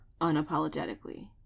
unapologetically